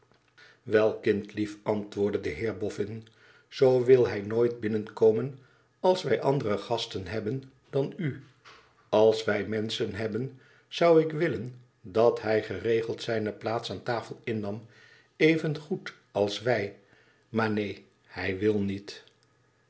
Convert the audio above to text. wel kindlief antwoordde de heer bofn zoo wil hij nooit binnenkomen als wij andere gasten hebben dan u als wij menschen hebben zou ik willen dat hij geregeld zijne plaats aan tafel innam evengoed als wij maar neen hij wil niet